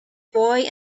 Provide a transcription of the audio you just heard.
boy